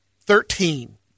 Thirteen